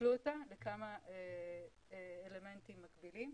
פיצלו אותה לכמה אלמנטים מקבילים,